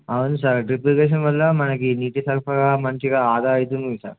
అవునుంది sir drip application వల్ల మనకి నీటి సరఫగా మంచిగా ఆదా అయితుందింది సార్